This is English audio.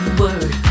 word